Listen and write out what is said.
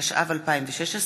התשע"ו 2016,